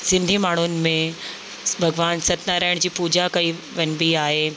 सिंधी माण्हुनि में भॻवानु सतनारायण जी पूॼा कई वञिबी आहे